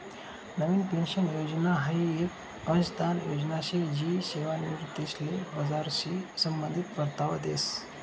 नवीन pension योजना हाई येक अंशदान योजना शे जी सेवानिवृत्तीसले बजारशी संबंधित परतावा देस